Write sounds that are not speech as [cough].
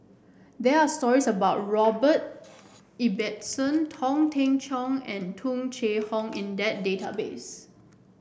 there are stories about Robert Ibbetson [unintelligible] Teng Cheong and Tung Chye Hong in that database